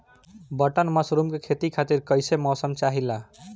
Button mushroom के खेती खातिर कईसे मौसम चाहिला?